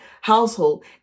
household